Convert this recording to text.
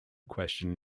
question